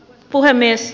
puhemies